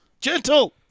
gentle